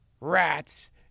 rats